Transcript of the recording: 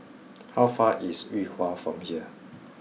how far away is Yuhua from here